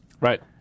Right